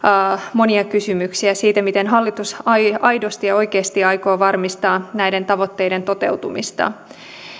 monia kysymyksiä siitä miten hallitus aidosti ja oikeasti aikoo varmistaa näiden tavoitteiden toteutumista